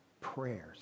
prayers